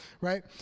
right